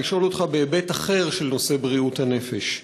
לשאול אותך בהיבט אחר של נושא בריאות הנפש.